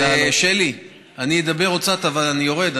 אז שלי, אני אדבר עוד קצת, אבל אני יורד.